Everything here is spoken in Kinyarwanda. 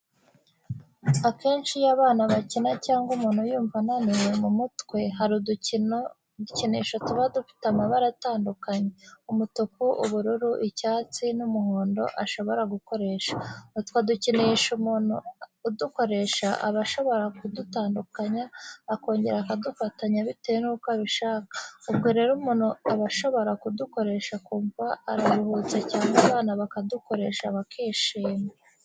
Akenshi iyo abana bakina cyangwa umuntu yumva ananiwe mu mutwe, hari udukinisho tuba dufite amabara atandukanye: umutuku, ubururu, icyatsi n'umuhondo ashobora gukoresha. Utwo dukinisho umuntu udukoresha, aba ashobora kudutandukanya akongera akadufatanya bitewe nuko abishaka. Ubwo rero umuntu aba ashobora kudukoresha akumva araruhutse cyangwa abana bakadukoresha bakishima.